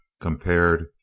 compared